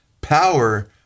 power